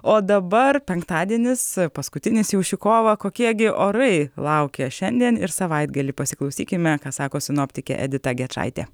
o dabar penktadienis paskutinis jau šį kovą kokie gi orai laukia šiandien ir savaitgalį pasiklausykime ką sako sinoptikė edita gečaitė